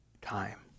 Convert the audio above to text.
time